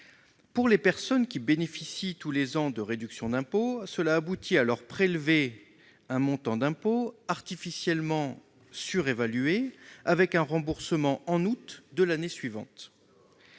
Pour les personnes qui bénéficient tous les ans de réductions d'impôt, cela aboutit à leur prélever un montant d'impôt artificiellement surévalué, avec un remboursement en août de l'année suivante.